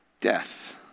Death